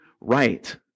right